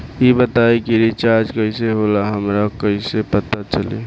ई बताई कि रिचार्ज कइसे होला हमरा कइसे पता चली?